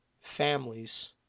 families